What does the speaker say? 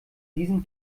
diesem